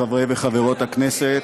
חברי וחברות הכנסת,